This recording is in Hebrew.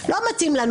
לא מתאים לנו,